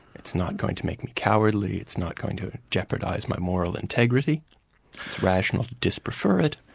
it's not going to make me cowardly, it's not going to jeopardise my moral integrity. it's rational to dis-prefer it,